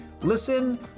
listen